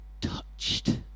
touched